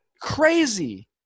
Crazy